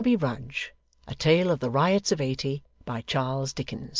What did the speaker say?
barnaby rudge a tale of the riots of eighty by charles dickens